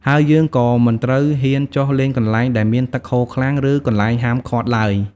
ហើយយើងក៏មិនត្រូវហ៊ានចុះលេងកន្លែងដែលមានទឹកហូរខ្លាំង ឬកន្លែងហាមឃាត់ឡើយ។